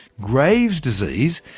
graves' disease,